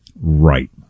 Right